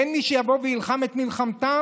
אין מי שיבוא ויילחם את מלחמתם?